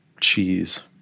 cheese